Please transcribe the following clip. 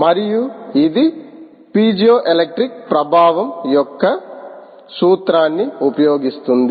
మరియు ఇది పైజోఎలెక్ట్రిక్ ప్రభావం యొక్క సూత్రాన్ని ఉపయోగిస్తుంది